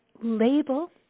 label